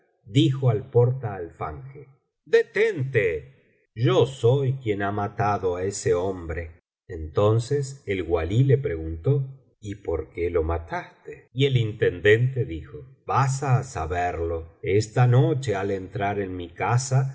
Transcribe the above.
dijo al portaalfanje detente yo soy quien ha matado á ese hombre entonces el walí le preguntó y por qué le mataste y el intendente dijo vas á saberlo esta noche al entrar en mi casa